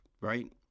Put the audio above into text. right